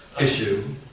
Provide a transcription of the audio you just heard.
issue